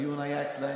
הדיון היה אצלם.